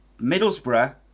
Middlesbrough